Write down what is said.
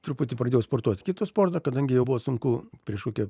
truputį pradėjau sportuoti kitą sportą kadangi jau buvo sunku prieš kokią